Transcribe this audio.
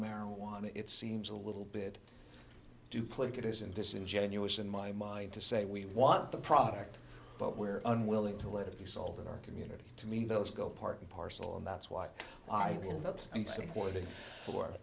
marijuana it seems a little bit duplicate isn't disingenuous in my mind to say we want the product but we're unwilling to let it be sold in our community to mean those go part and parcel and that's why i